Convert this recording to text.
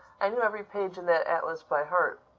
i knew every page in that atlas by heart.